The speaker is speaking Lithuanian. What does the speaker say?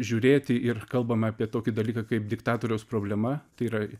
žiūrėti ir kalbame apie tokį dalyką kaip diktatoriaus problema tai yra